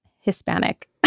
Hispanic